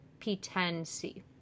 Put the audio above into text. P10C